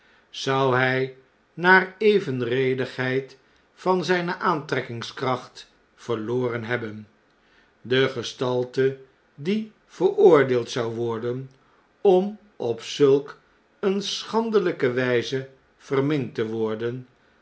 zou hjj naar evenredigheid van zijne aantrekkingskracht verloren hebben de gestalte die veroordeeld zou worden om op zuik een schandelijke wijze verminkt te worden